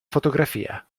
fotografia